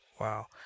Wow